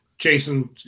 Jason